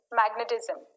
magnetism